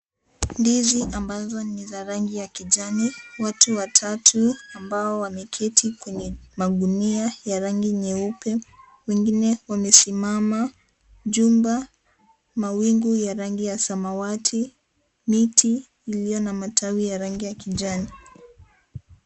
Ndizi ambazo ni za rangi ya kijani. Watu watatu ambao wameketi kwenye magunia ya rangi nyeupe. Wengine wamesimama. Jumba, mawingu ya rangi ya samawati. Miti iliyo na matawi ya rangi ya kijani.